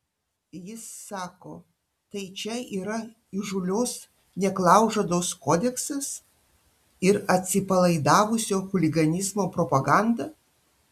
jis sako tai čia yra įžūlios neklaužados kodeksas ir atsipalaidavusio chuliganizmo propaganda